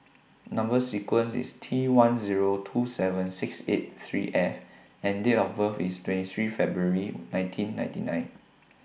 Number sequence IS T one Zero two seven six eight three F and Date of birth IS twenty three February nineteen ninety nine